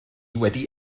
wedi